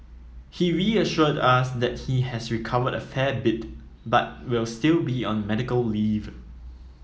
he reassured us that he has recovered a fair bit but will still be on medical leave